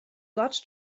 got